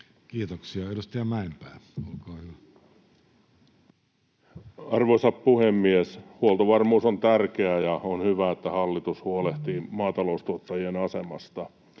Kiitoksia. — Edustaja Mäenpää, olkaa hyvä. Arvoisa puhemies! Huoltovarmuus on tärkeää, ja on hyvä, että hallitus huolehtii maataloustuottajien asemasta.